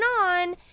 on